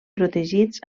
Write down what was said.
protegits